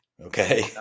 okay